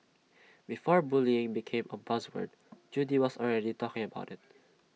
before bullying became buzz word Judy was already talking about IT